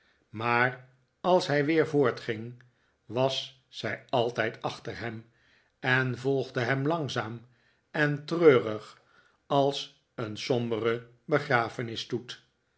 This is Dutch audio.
maar als hij weer voortging was zij altijd achter hem en volgde hem langzaam en treurig als een sombere